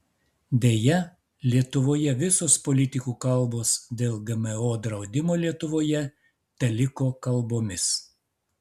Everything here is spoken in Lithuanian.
deja lietuvoje visos politikų kalbos dėl gmo draudimo lietuvoje teliko kalbomis